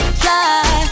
fly